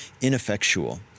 ineffectual